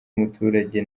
muturage